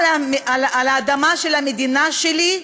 על האדמה של המדינה שלי,